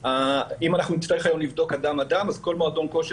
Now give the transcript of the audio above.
אם אנחנו נצטרך היום לבדוק אדם אדם אז כל מועדון כושר